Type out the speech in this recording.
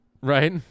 Right